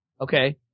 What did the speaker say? Okay